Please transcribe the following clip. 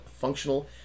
functional